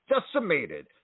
decimated